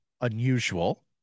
unusual